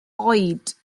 oed